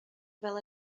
fel